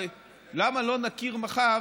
למה לא נכיר מחר,